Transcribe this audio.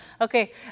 Okay